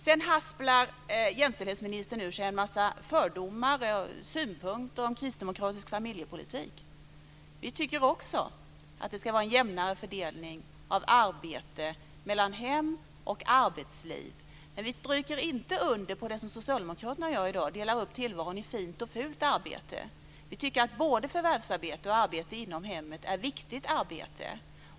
Vidare hasplar jämställdhetsministern ur sig en massa fördomar om och synpunkter på kristdemokratisk familjepolitik. Också vi tycker att det ska vara en jämnare fördelning av arbete mellan hem och arbetsliv, men vi ställer oss inte bakom det som socialdemokraterna i dag står för, nämligen en uppdelning i fint och fult arbete. Vi tycker att både förvärvsarbete och arbete inom hemmet är viktigt arbete.